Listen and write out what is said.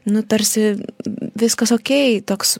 nu tarsi viskas okei toks